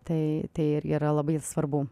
tai tai ir yra labai svarbu